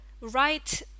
write